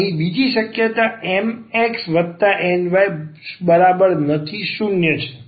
અહીં બીજી શક્યતા MxNy≠0 છે